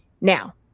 Now